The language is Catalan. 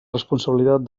responsabilitat